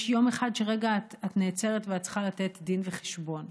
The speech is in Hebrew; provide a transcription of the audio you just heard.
יש יום אחד שרגע את נעצרת וצריכה לתת דין וחשבון.